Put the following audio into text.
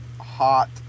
hot